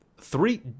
Three